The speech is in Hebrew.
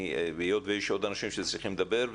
היות ויש עוד אנשים שצריכים לדבר.